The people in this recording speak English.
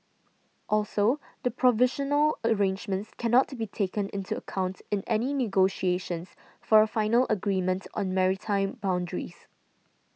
also the provisional arrangements cannot be taken into account in any negotiations for a final agreement on maritime boundaries